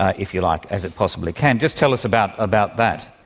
if you like, as it possibly can. just tell us about about that.